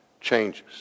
changes